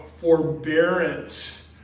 forbearance